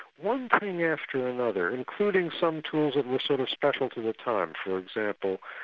one thing after another, including some tools that were sort of special to the time, for example,